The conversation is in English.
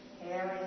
Harry